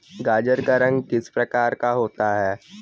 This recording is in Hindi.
गाजर का रंग किस प्रकार का होता है?